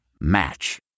Match